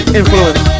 influence